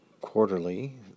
quarterly